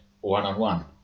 one-on-one